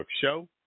show